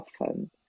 often